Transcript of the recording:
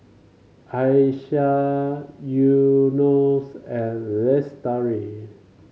Aisyah Yunos and Lestari